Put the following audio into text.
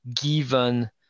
given